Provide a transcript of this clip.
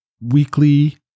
weekly